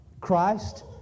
Christ